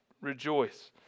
Rejoice